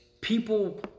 people